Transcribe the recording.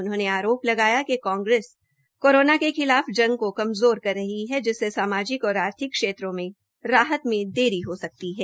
उनहोंने आरोप लगाया कि कांग्रेस कोरोना के खिलाफ जंग को कमज़ोर कर रही है जिससे सामाजिक और आर्थिक क्षेत्रों में राहत में देरी हो सकती है